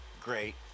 Great